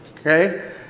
okay